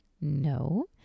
No